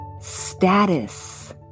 status